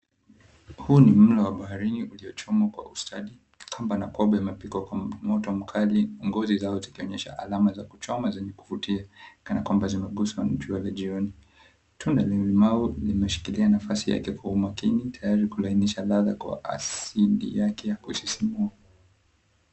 Huu ni mlo wa baharini uliochomwa kwa ustadi. Kamba na kobe wamepikwa kwa moto mkali, ngozi zao zikionyesha alama za kuchoma zenye kuvutia kana kwamba zimeguswa na jua la jioni. Tunda la limau limeshikilia nafasi yake kwa umakini, tayari kulainisha ladha kwa asili yake ya kusisimua.